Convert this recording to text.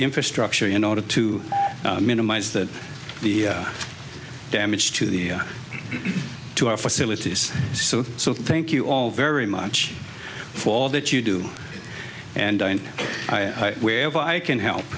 infrastructure in order to minimize that the damage to the to our facilities so so thank you all very much for all that you do and i and wherever i can help